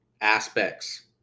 aspects